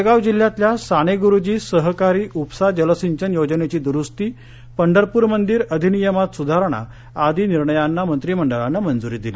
जळगाव जिल्ह्यातल्या साने गुरूजी सहकारी उपसा जल सिंचन योजनेची द्रूस्ती पंढरपूर मंदीर अधिनियमात सुधारणा आदी निर्णयांना मंत्रिमंडळानं मंजुरी दिली